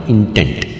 Intent